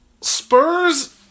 Spurs